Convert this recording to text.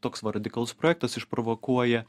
toks va radikalus projektas išprovokuoja